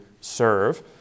serve